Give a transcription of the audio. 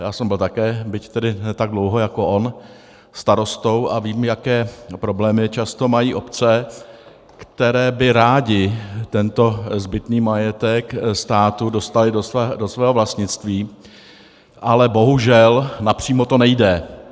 Já jsem byl také, byť tedy ne tak dlouho jako on, a vím, jaké problémy často mají obce, které by rády tento zbytný majetek státu dostaly do svého vlastnictví, ale bohužel napřímo to nejde.